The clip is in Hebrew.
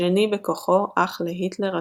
שני בכוחו אך להיטלר עצמו.